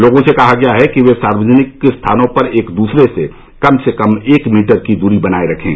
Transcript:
लोगों से कहा गया है कि वे सार्वजनिक स्थानों पर एक दूसरे से कम से कम एक मीटर की दूरी बनाये रखें